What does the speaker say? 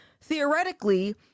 theoretically